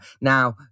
Now